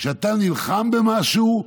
כשאתה נלחם במשהו,